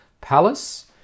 Palace